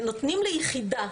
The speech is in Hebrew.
שנותנים ליחידה